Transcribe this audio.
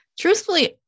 Truthfully